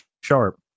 sharp